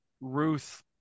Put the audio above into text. Ruth